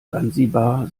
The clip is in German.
sansibar